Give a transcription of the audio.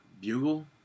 Bugle